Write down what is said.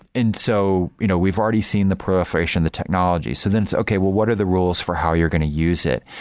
and so you know we've already seen the proliferation, the technology. so then, okay. what are the rules for how you're going to use it?